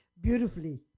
beautifully